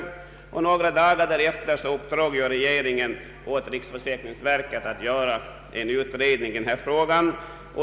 Några dagar därefter uppdrog regeringen åt riksförsäkringsverket att verkställa en utredning i denna fråga.